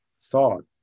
thought